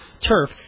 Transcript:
turf